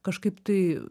kažkaip tai